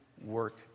work